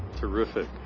Terrific